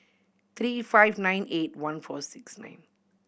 three five nine eight one four six nine